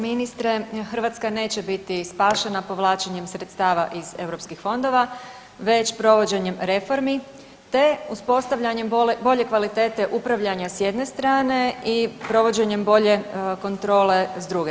Ministre Hrvatska neće biti spašena povlačenjem sredstava iz europskih fondova, već provođenjem reformi, te uspostavljanjem bolje kvalitete upravljanja s jedne strane i provođenjem bolje kontrole s druge.